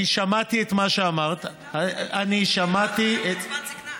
אני שמעתי את מה שאמרת, קצבת זקנה.